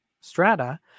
strata